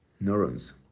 neurons